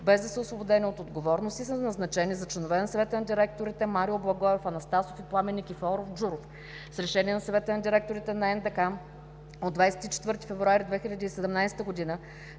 без да са освободени от отговорност, и са назначени за членове на Съвета на директорите Марио Благоев Анастасов и Пламен Никифоров Джуров. С решение на Съвета на директорите на „Национален дворец на